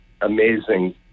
amazing